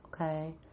Okay